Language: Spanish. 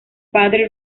padre